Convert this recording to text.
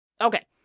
Okay